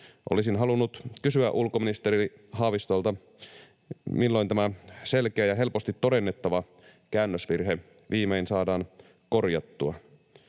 Olisin halunnut kysyä ulkoministeri Haavistolta, milloin tämä selkeä ja helposti todennettava käännösvirhe viimein saadaan korjattua.